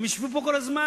הם ישבו פה כל הזמן,